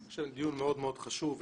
אני חושב שזה דיון מאוד חשוב וקריטי,